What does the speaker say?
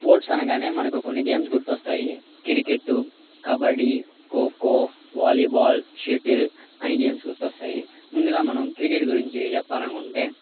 sports అనంగానే మనకు కొన్ని గేమ్స్ గుర్తొస్తాయి cricket kabaddi kho kho volleyball shuttle అని గేమ్స్ గుర్తొస్తాయి ముందుగా మనం క్రికెట్ గురించి చెప్పాలనుకుంటే